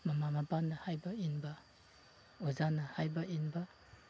ꯃꯃꯥ ꯃꯄꯥꯅ ꯍꯥꯏꯕ ꯏꯟꯕ ꯑꯣꯖꯥꯅ ꯍꯥꯏꯕ ꯏꯟꯕ